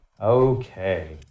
okay